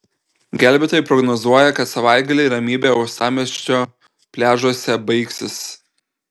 gelbėtojai prognozuoja kad savaitgalį ramybė uostamiesčio pliažuose baigsis